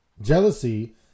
jealousy